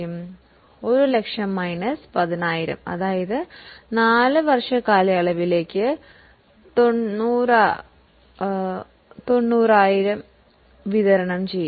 1 ലക്ഷം മൈനസ് 10000 അതായത് 4 വർഷ കാലയളവിൽ 90000 വിതരണം ചെയ്യും